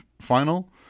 final